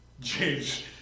James